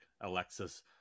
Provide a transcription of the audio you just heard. Alexis